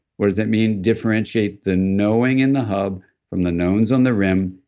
what does that mean, differentiate the knowing in the hub from the knowns on the rim?